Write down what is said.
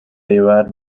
llevar